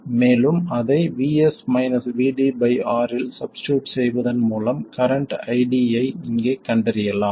மேலும் அதை R இல் சப்ஸ்டியுட் செய்வதன் மூலம் கரண்ட் ID ஐ இங்கே கண்டறியலாம்